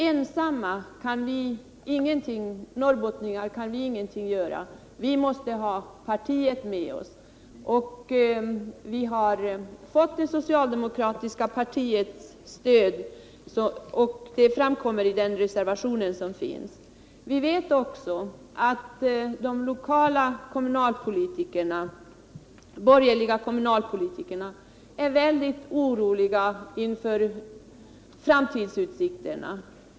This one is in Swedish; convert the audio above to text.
Ensamma kan vi norrbottningar ingenting göra — det vet vi. Vi måste ha partiet med oss. Och vi har fått det socialdemokratiska partiets stöd, vilket framkommer i den reservation som finns. Vi vet att de lokala borgerliga kommunalpolitikerna är mycket oroliga inför framtidsutsikterna.